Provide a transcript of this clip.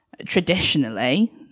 traditionally